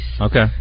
Okay